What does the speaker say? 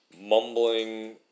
mumbling